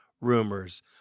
rumors